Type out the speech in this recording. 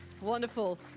Wonderful